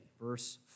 Verse